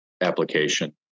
application